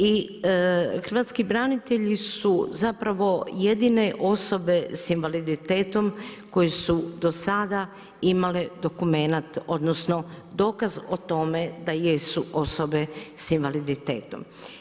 I hrvatski branitelji su zapravo jedine osobe s invaliditetom koje su do sada imale dokument, odnosno dokaz o tome da jesu osobe sa invaliditetom.